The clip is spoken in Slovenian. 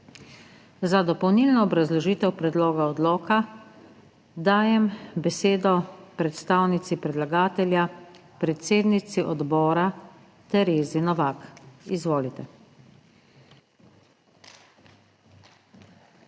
Za dopolnilno obrazložitev predloga odloka dajem besedo predstavnici predlagatelja, predsednici odbora Terezi Novak. Izvolite.